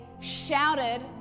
shouted